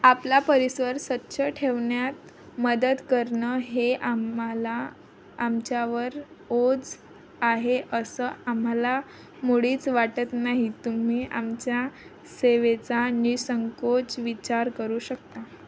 आपला परिसर स्वच्छ ठेवण्यात मदत करणं हे आम्हाला आमच्यावर ओझं आहे असं आम्हाला मुळीच वाटत नाही तुम्ही आमच्या सेवेचा नि संकोच विचार करू शकता